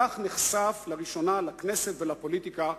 כך נחשף לראשונה לכנסת ולפוליטיקה,